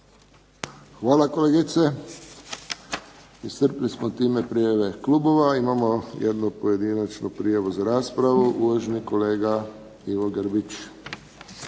Hvala kolegice. Iscrpili smo time prijave klubova. Imamo jednu pojedinačnu prijavu za raspravu. Uvaženi kolega Ivo Grbić.